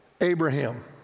Abraham